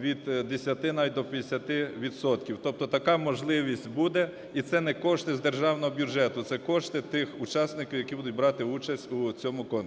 від 10-и навіть до 50 відсотків. Тобто така можливість буде, і це не кошти з державного бюджету, це кошти тих учасників, які будуть брати участь у цьому конкурсі.